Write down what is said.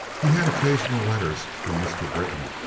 he had occasional letters from mr. britton,